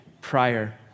prior